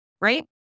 Right